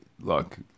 Look